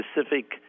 Specific